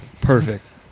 Perfect